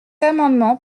amendement